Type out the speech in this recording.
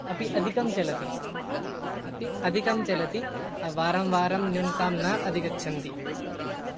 अपि अधिकं चलति अपि अधिकं चलति वारं वारं न्यूनतां न अधिगच्छन्ति